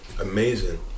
amazing